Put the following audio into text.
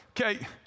okay